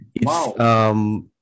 Wow